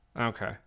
okay